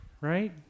right